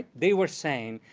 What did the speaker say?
they were saying,